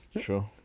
Sure